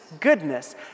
goodness